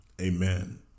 Amen